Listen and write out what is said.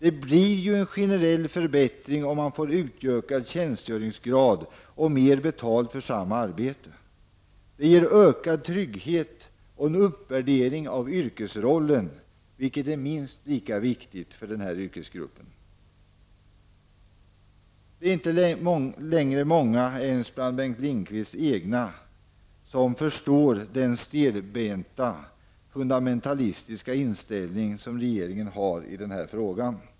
Det blir ju en generell förbättring om man får utökad tjänstgöringsgrad och mer betalt för samma arbete. Det ger ökad trygghet och en uppvärdering av yrkesrollen, vilket är minst lika viktigt för den här yrkesgruppen. Det är inte längre många ens bland Bengt Lindqvists egna som förstår den stelbenta fundamentalistiska inställning som regeringen har i den här frågan.